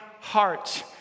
heart